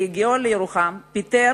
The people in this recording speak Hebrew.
בהגיעו לירוחם הוא פיטר